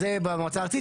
זה במועצה הארצית.